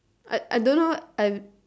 I I don't know I